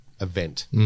event